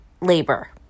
labor